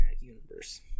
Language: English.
Universe